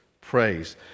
praise